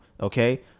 Okay